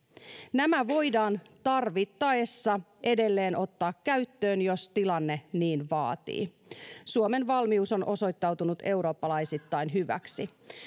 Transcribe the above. nämä voidaan tarvittaessa edelleen ottaa käyttöön jos tilanne niin vaatii suomen valmius on osoittautunut eurooppalaisittain hyväksi